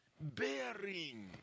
Bearing